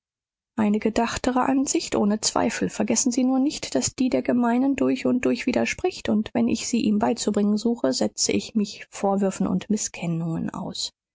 eine gedachtere ansicht ohne zweifel vergessen sie nur nicht daß die der gemeinen durch und durch widerspricht und wenn ich sie ihm beizubringen suche setze ich mich vorwürfen und mißkennungen aus